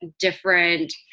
different